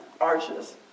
Arches